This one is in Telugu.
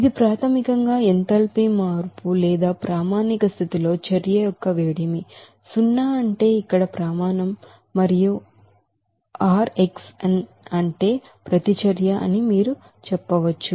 ఇది ప్రాథమికంగా ఎంథాల్పీ మార్పు లేదా స్టాండర్డ్ కండిషన్లో హీట్ అఫ్ రియాక్షన్ సున్నా అంటే ఇక్కడ ప్రమాణం మరియు rxn అంటే ప్రతిచర్య అని మీరు చెప్పవచ్చు